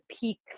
peak